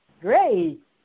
great